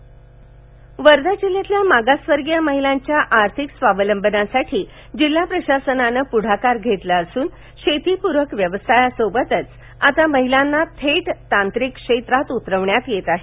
Wardha solar प्रकल्प वर्ष्वा जिल्ह्यातील मागासवर्गीय महिलांच्या आर्थिक स्वावलंबनासाठी जिल्हा प्रशासनाने पुढाकार घेतला असून शेतीपूरक व्यवसायासोबतच आता महिलांना थेट तांत्रिक क्षेत्रात उतरवले जात आहे